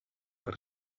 per